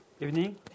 evening